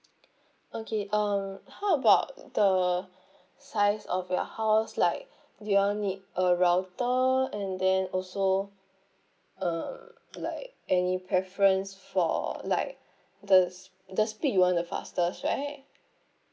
okay um how about the size of your house like do you all need a router and then also um like any preference for like the the speed you want the fastest right